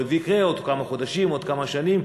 זה יקרה, עוד כמה חודשים, עוד כמה שנים.